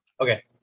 Okay